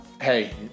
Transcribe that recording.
hey